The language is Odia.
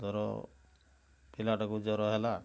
ଧର ପିଲାଟାକୁ ଜ୍ୱର ହେଲା